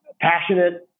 passionate